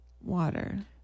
Water